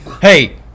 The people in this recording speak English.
Hey